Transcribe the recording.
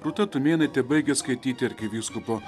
rūta tumėnaitė baigė skaityti arkivyskupo